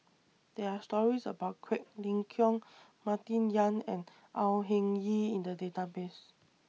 There Are stories about Quek Ling Kiong Martin Yan and Au Hing Yee in The Database